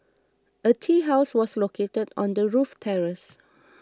a tea house was located on the roof terrace